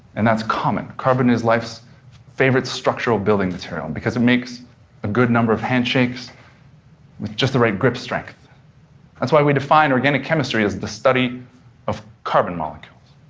and that's common. carbon is life's favorite structural building material, because it makes a good number of handshakes with just the right grip strength that's why we define organic chemistry as the study of carbon molecules.